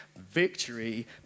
victory